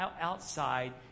outside